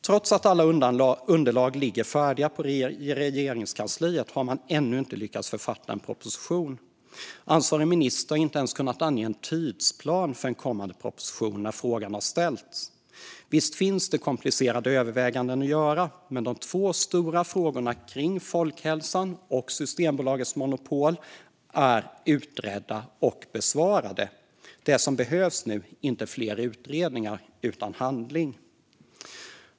Trots att alla underlag ligger färdiga i Regeringskansliet har man ännu inte lyckats författa en proposition. Ansvarig minister har inte ens kunnat ange en tidsplan för en kommande proposition när frågan har ställts. Visst finns det komplicerade överväganden att göra, men de två stora frågorna kring folkhälsan och Systembolagets monopol är utredda och besvarade. Det som behövs nu är inte fler utredningar utan handling.